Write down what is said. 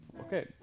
okay